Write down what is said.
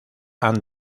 han